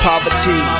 Poverty